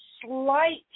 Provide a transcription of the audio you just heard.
slight